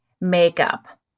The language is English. makeup